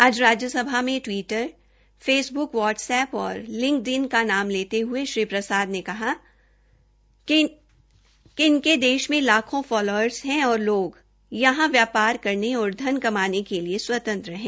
आज लोकसभा में टवीटफेसब्क वाट्सएप्प और लिंकडइन का नाम लेते हये श्री प्रसाद ने कहा कि इनके देश में लाखों फालोअर है और लोग यहां व्यापार करने और धन कमाने के लिए स्वतंत्र है